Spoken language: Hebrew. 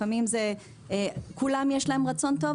לפעמים לכולם יש רצון טוב,